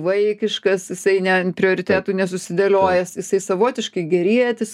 vaikiškas jisai ne prioritetų nesusidėliojęs jisai savotiškai gerietis